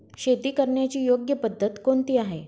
शेती करण्याची योग्य पद्धत कोणती आहे?